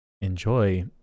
enjoy